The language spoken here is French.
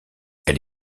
elle